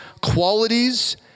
qualities